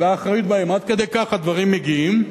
עד כדי כך הדברים מגיעים,